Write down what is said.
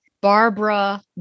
Barbara